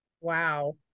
wow